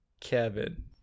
Kevin